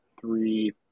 three